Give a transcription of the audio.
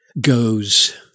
goes